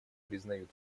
признают